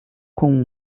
com